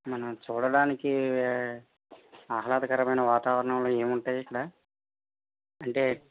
మనం చూడడానికి ఆహ్లదకరమైన వాతావరణం ఏముంటాయి ఇక్కడ అంటే